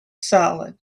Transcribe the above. solid